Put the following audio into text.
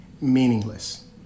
meaningless